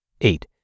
Eight